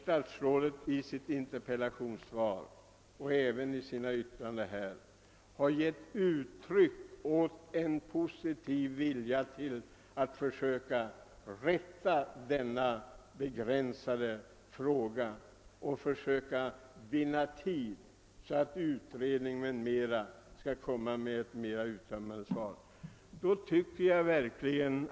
Statsrådet har i sitt interpellationssvar och i sina yttranden här i kammaren gett uttryck åt en positiv vilja att försöka rätta till de ifrågavarande förhållandena och försöka vinna tid så att utredning m.m. skall kunna ge ett mera uttömmande svar.